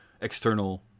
external